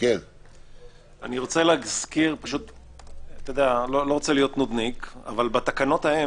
אני הבאתי, ובאחד הדיונים שהבאתי אליו